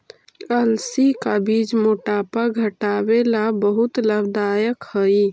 अलसी का बीज मोटापा घटावे ला बहुत लाभदायक हई